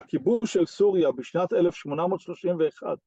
‫הכיבוש של סוריה בשנת 1831.